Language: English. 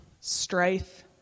strife